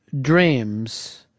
dreams